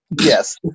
Yes